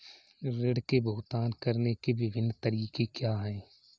ऋृण के भुगतान करने के विभिन्न तरीके क्या हैं?